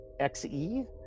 XE